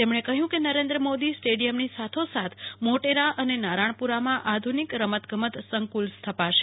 તેમણે કહ્યું કે નરેન્દ્ર મોદી સ્ટડીયમની સાથોસાથ મોટેરા અને નારણપ્રરામાં આધ્રનિક રમતગમતસંકૂલ સ્થપાશે